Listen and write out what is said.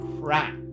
crap